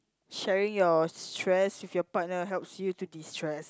sharing your stress with your partner helps you to distress